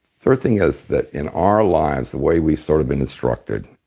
third thing is that in our lives, the way we've sort of been instructed,